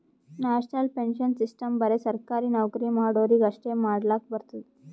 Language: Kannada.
ನ್ಯಾಷನಲ್ ಪೆನ್ಶನ್ ಸಿಸ್ಟಮ್ ಬರೆ ಸರ್ಕಾರಿ ನೌಕರಿ ಮಾಡೋರಿಗಿ ಅಷ್ಟೇ ಮಾಡ್ಲಕ್ ಬರ್ತುದ್